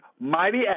mighty